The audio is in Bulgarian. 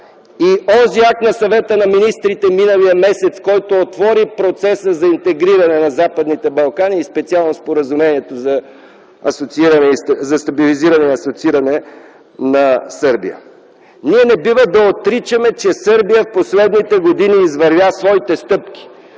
и онзи акт на Съвета на министрите от миналия месец, който отвори процеса за интегриране на Западните Балкани и специално Споразумението за стабилизирания и асоцииране на Сърбия. Ние не бива да отричаме, че Сърбия в последните години извървя своите стъпки,